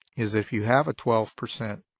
is if you have a twelve percent